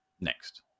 next